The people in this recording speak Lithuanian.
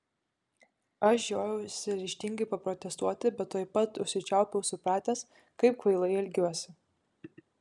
aš žiojausi ryžtingai paprotestuoti bet tuoj pat užsičiaupiau supratęs kaip kvailai elgiuosi